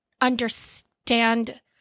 understand